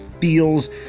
feels